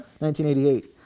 1988